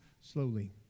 slowly